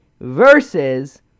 versus